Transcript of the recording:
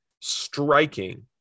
striking